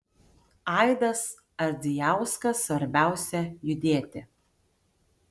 aidas ardzijauskas svarbiausia judėti